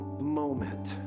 moment